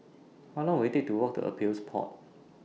How Long Will IT Take to Walk to Appeals Board